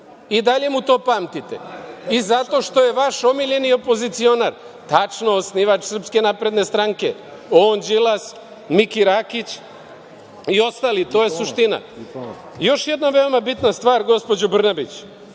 I dalje mu to pamtite. I zato što je vaš omiljeni opozicionar. Tačno, osnivač SNS, on, Đilas, Miki Rakić i ostali, to je suština. Još jedna veoma bitna stvar, gospođo Brnabić,